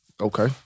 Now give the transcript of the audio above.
Okay